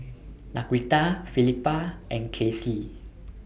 Laquita Felipa and Kaycee